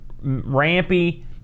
rampy